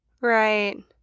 Right